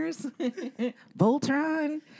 Voltron